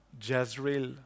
Jezreel